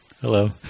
Hello